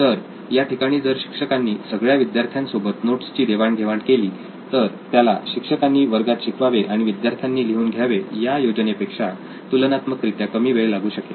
तर या ठिकाणी जर शिक्षकांनी सगळ्या विद्यार्थ्यांसोबत नोट्सची देवाण घेवाण केली तर त्याला शिक्षकांनी वर्गात शिकवावे आणि विद्यार्थ्यांनी लिहून घ्यावे या योजनेपेक्षा तुलनात्मकरित्या कमी वेळ लागू शकेल